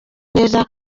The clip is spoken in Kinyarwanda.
neza